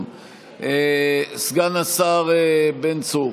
סגן השר בן צור